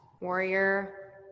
warrior